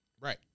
Right